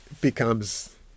becomes